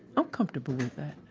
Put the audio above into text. i'm comfortable with that.